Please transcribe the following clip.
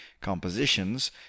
compositions